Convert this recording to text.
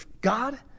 God